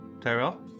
Tyrell